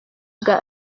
bwa